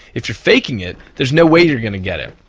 if you're faking it there's no way you're going to get it.